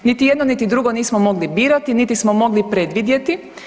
Niti jedno, niti drugo nismo mogli birati niti smo mogli predvidjeti.